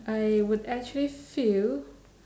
I would actually feel